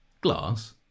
Glass